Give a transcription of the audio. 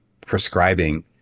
prescribing